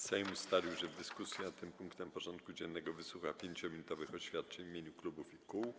Sejm ustalił, że w dyskusji nad tym punktem porządku dziennego wysłucha 5-minutowych oświadczeń w imieniu klubów i kół.